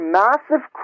massive